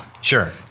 Sure